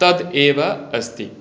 तद् एव अस्ति